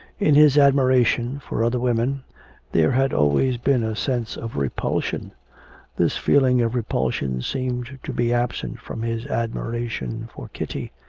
in his admiration for other women there had always been a sense of repulsion this feeling of repulsion seemed to be absent from his admiration for kitty.